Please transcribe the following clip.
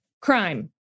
crime